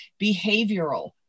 behavioral